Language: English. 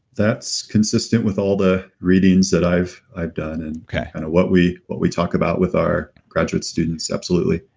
that's consistent with all the readings that i've i've done and what we what we talk about with our graduate students, absolutely.